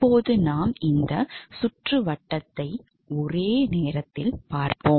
இப்போது நாம் இந்த சுற்றுவட்டத்தை ஒரே நேரத்தில் பார்ப்போம்